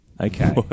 Okay